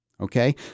okay